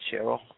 Cheryl